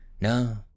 No